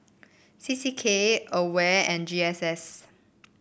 C C K Aware and G S S